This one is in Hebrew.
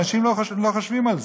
אנשים לא חושבים על זה.